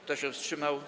Kto się wstrzymał?